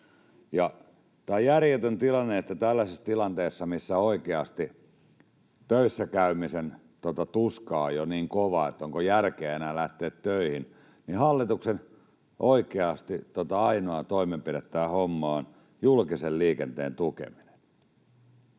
Tämä on järjetön tilanne, että tällaisessa tilanteessa, missä oikeasti töissä käymisen tuska on jo niin kova, että onko järkeä enää lähteä töihin, hallituksen oikeasti ainoa toimenpide tähän hommaan on julkisen liikenteen tukeminen.